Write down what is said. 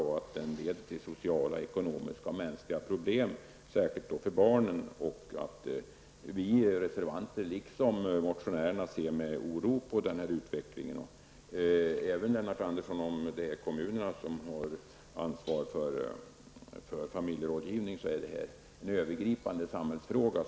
Familjesplittring leder ju till sociala, ekonomiska och mänskliga problem -- särskilt gäller det barnen. Vi reservanter, ser ser liksom motionärerna med oro på utvecklingen i det här fallet. Även om det är kommunerna som har ansvaret för familjerådgivningen är det här, Lennart Andersson, en övergripande samhällsfråga.